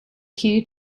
key